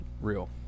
real